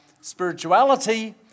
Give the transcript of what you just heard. spirituality